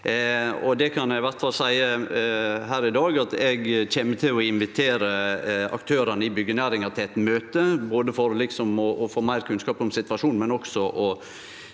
eg kjem til å invitere aktørane i byggjenæringa til eit møte, både for å få meir kunnskap om situasjonen,